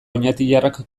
oñatiarrak